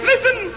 Listen